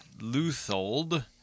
Luthold